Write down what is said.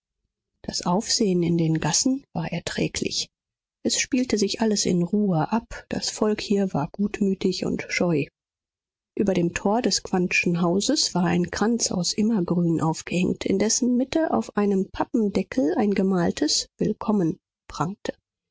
das aufsehen in den gassen war erträglich es spielte sich alles in ruhe ab das volk hier war gutmütig und scheu über dem tor des quandtschen hauses war ein kranz aus immergrün aufgehängt in dessen mitte auf einem pappendeckel ein gemaltes willkommen prangte